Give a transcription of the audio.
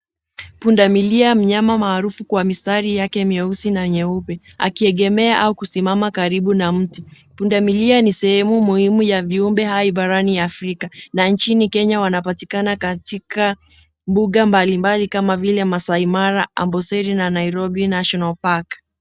Pundamilia, mnyama maarufu kwa mistari yake mieusi na nyeupe, akiegemea au kusimama karibu na mti. Pundamilia ni sehemu muhimu ya viumbe hai barani Afrika na nchini Kenya wanapatikana katika mbuga mbali mbali kama vile: Maasai Mara, Amboseli na Nairobi Nationa Park .